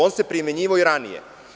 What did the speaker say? On se primenjivao i ranije.